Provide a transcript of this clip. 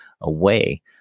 away